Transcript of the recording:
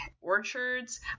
orchards